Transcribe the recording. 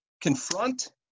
confront